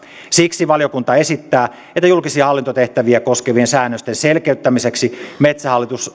siksi valiokunta esittää julkisia hallintotehtäviä koskevien säännösten selkeyttämiseksi metsähallitus